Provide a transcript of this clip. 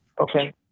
Okay